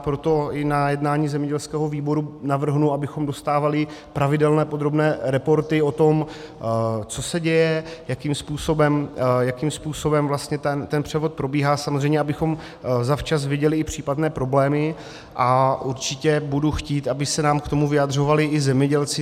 Proto i na jednání zemědělského výboru navrhnu, abychom dostávali pravidelné podrobné reporty o tom, co se děje, jakým způsobem vlastně ten převod probíhá, samozřejmě, abychom zavčas viděli i případné problémy, a určitě budu chtít, aby se nám k tomu vyjadřovali i zemědělci.